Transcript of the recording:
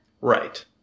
Right